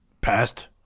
passed